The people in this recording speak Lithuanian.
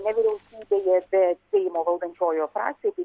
ne vyriausybėje bet seimo valdančiojoje frakcijoj